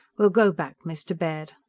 we'll go back, mr. baird.